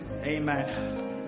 Amen